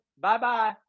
Bye-bye